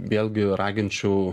vėlgi raginčiau